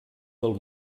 del